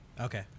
Okay